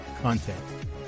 content